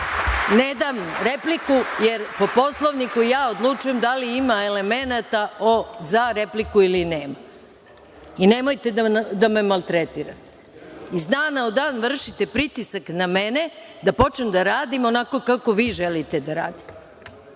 Nedam repliku jer po Poslovniku ja odlučujem da li ima elemenata za repliku ili nema. Nemojte da me maltretirate. Iz dana u dan vršite pritisak na mene da počnem da radim onako kako vi želite da radim.